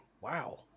Wow